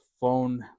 phone